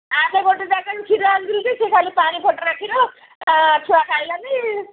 ଆ ତ ଗୋଟେ ଜାଗାରୁ କ୍ଷୀର ଆଣୁଥିଲି ଯେ ସେ ଖାଲି ପାଣି ଫୋଟକା କ୍ଷୀର ଛୁଆ ଖାଇଲାନି